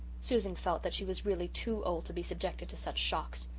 susan felt that she was really too old to be subjected to such shocks.